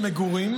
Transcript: למגורים,